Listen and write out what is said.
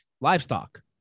livestock